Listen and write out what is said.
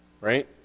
right